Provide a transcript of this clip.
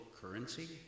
currency